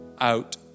out